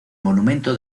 monumento